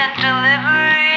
delivery